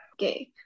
Okay